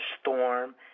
storm